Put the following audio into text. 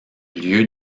lieu